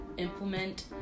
implement